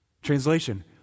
Translation